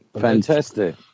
fantastic